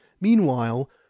Meanwhile